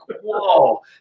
Whoa